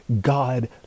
God